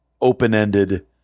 open-ended